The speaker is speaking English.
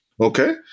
Okay